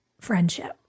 friendship